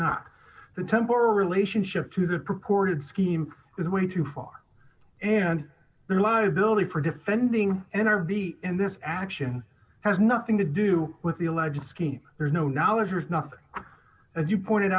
not the temple relationship to the purported scheme is way too far and their liability for defending an rb in this action has nothing to do with the alleged scheme there's no knowledge or is nothing as you pointed